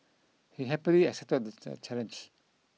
he happily accepted the the challenge